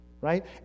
right